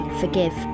forgive